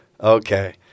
Okay